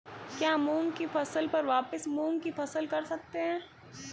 क्या मूंग की फसल पर वापिस मूंग की फसल कर सकते हैं?